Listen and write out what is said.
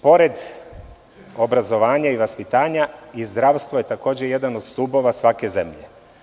Pored obrazovanja i vaspitanja, zdravstvo je takođe jedan od stubova svake zemlje.